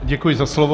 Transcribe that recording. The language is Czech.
Děkuji za slovo.